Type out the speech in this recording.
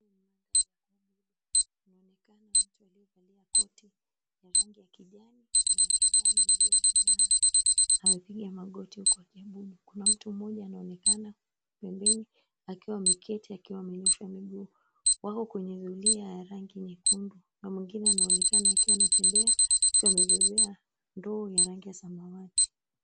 Unaonekana mtu aliyevaa koti ya rangi ya kijani na kijani iliyong'aa. Amepiga magoti huko akiabudu. Kuna mtu mmoja anaonekana pembeni akiwa ameketi akiwa amenyoosha miguu. Wako kwenye zulia ya rangi nyekundu na mwingine anaonekana akiwa anatembea akiwa amebebea ndoo ya rangi ya samawati.